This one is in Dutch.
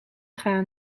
gaan